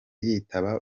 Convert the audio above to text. yitaba